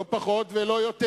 לא פחות ולא יותר,